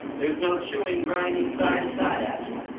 there's no chewing, grinding, side to side action.